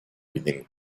within